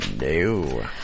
No